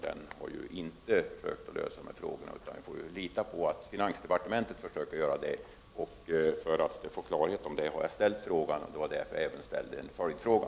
Den har inte försökt att lösa dessa frågor, utan vi får lita på att finansdepartementet försöker göra det. Det var för att få klarhet i detta som jag ställde frågan. Det var även därför jag ställde en följdfråga.